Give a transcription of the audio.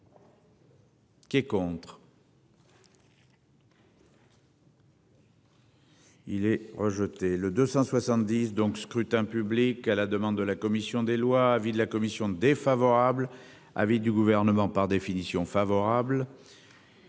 Qui est contre. Il est rejeté le 270 donc scrutin public. À la demande de la commission des lois, avis de la commission défavorable à du gouvernement par définition favorable.